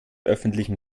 öffentlichen